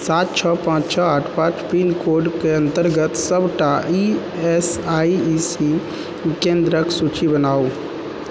सात छओ पांँच छओ आठ पांँच पिनकोडके अंतर्गत सबटा ई एस आई सी केंद्रक सूची बनाउ